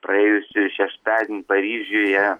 praėjusį šeštadienį paryžiuje